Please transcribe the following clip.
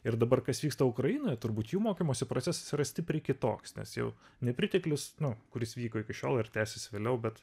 ir dabar kas vyksta ukrainoj turbūt jų mokymosi procesas yra stipriai kitoks nes jau nepriteklius nu kuris vyko iki šiol ir tęsis vėliau bet